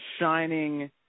shining